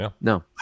No